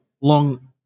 long